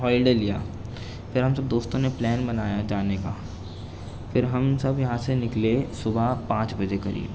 holiday لیا پھر ہم سب دوستوں نے پلان بنایا جانے کا پھر ہم سب یہاں سے نکلے صبح پانچ بجے قریب